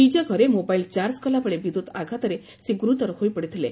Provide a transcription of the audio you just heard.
ନିଜ ଘରେ mobile charge କଲାବେଳେ ବିଦ୍ୟୁତ୍ ଆଘାତରେ ସେ ଗୁରୁତର ହୋଇପଡ଼ିଥିଳେ